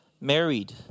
married